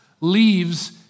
leaves